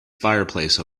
fireplace